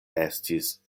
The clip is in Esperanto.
estis